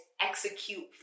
execute